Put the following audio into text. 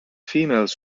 female